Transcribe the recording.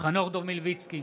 חנוך דב מלביצקי,